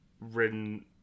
written